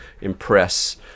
impress